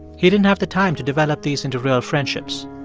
he didn't have the time to develop these into real friendships.